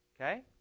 Okay